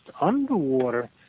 underwater